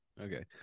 Okay